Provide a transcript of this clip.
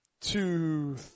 two